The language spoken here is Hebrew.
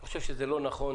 אני חושב שזה לא נכון,